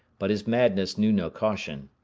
but his madness knew no caution.